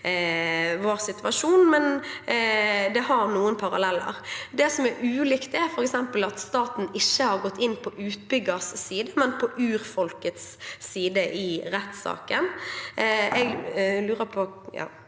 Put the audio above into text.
vår situasjon, men det har noen paralleller. Det som er ulikt, er f.eks. at staten ikke har gått inn på utbyggers side, men på urfolkets side i rettssaken.